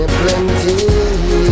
plenty